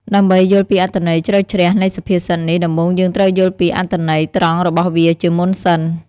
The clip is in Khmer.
ដើម្បីយល់ពីអត្ថន័យជ្រៅជ្រះនៃសុភាសិតនេះ ដំបូងយើងត្រូវយល់ពីអត្ថន័យត្រង់របស់វាជាមុនសិន។